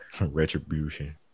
Retribution